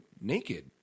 naked